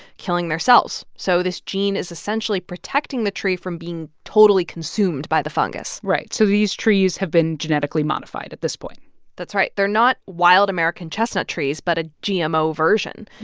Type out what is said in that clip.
killing their cells. so this gene is essentially protecting the tree from being totally consumed by the fungus right. so these trees have been genetically modified at this point that's right. they're not wild american chestnut trees, but a gmo version.